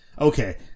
okay